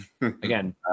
Again